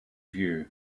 view